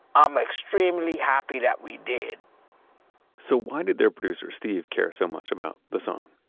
i'm extremely happy that we did so why did their producer, steve, care so much about the song?